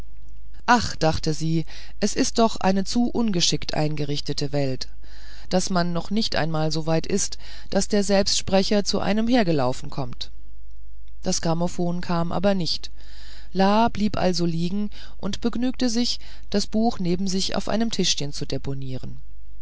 ach dachte sie es ist doch eine zu ungeschickt eingerichtete welt daß man noch nicht einmal so weit ist daß der selbstsprecher zu einem hergelaufen kommt das grammophon kam aber nicht la blieb also liegen und begnügte sich das buch neben sich auf einem tischchen zu deponieren